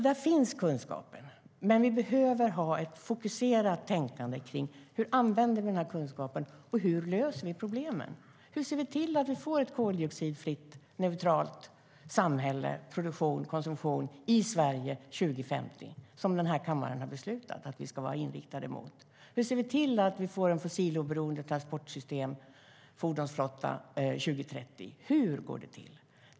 Men det behövs ett fokuserat tänkande kring hur denna kunskap kan användas och hur man löser problemen. Hur ser vi till att vi får ett koldioxidfritt, neutralt samhälle med koldioxidfri produktion och konsumtion i Sverige till 2050, som den här kammaren har beslutat att vi ska vara inriktade på. Hur ser vi till att få ett transportsystem med fossiloberoende fordonsflotta till 2030? Hur går det till?